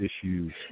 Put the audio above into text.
issues